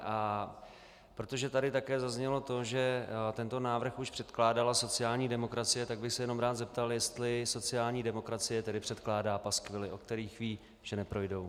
A protože tady také zaznělo to, že tento návrh už předkládala sociální demokracie, tak bych se jenom rád zeptal, jestli i sociální demokracie tedy předkládá paskvily, o kterých ví, že neprojdou.